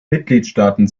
mitgliedstaaten